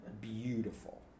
beautiful